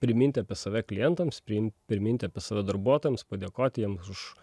priminti apie save klientams priim priminti apie save darbuotojams padėkoti jiems už